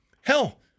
hell